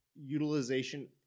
utilization